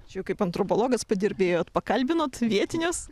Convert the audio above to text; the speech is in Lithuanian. čia kaip antropologas padirbėjot pakalbinot vietinius